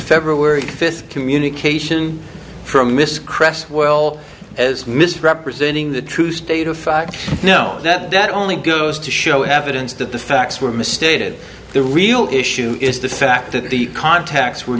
february fifth communication from this crash well as misrepresenting the true state of fact no that only goes to show evidence that the facts were misstated the real issue is the fact that the contacts were